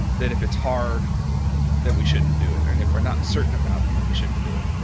that if it's hard that we shouldn't do it, and if we're not certain about it then we shouldn't do it